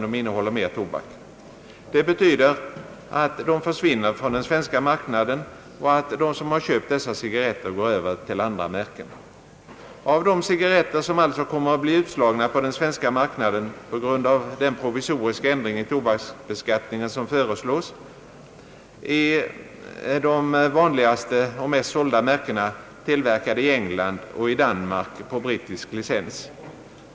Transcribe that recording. Det betyder att de försvinner från den svenska marknaden och att de som köpt dessa cigarretter går över till andra märken. Av de cigarretter som alltså kommer att bli utslagna på den svenska marknaden på grund av den provisoriska ändring i tobaksbeskattningen som föreslås är de vanligaste och mest sålda märkena tillverkade i England och Danmark på brittisk licens.